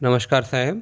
नमश्कार साहेब